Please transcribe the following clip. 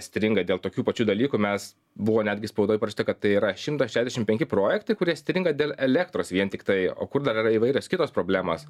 stringa dėl tokių pačių dalykų mes buvo netgi spaudoj parašyta kad tai yra šimtas šedešim penki projektai kurie stringa dėl elektros vien tiktai o kur dar yra įvairios kitos problemos